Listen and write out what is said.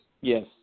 Yes